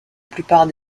plupart